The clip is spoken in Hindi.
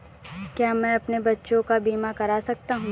क्या मैं अपने बच्चों का बीमा करा सकता हूँ?